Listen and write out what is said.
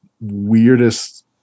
weirdest